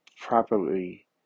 properly